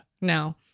no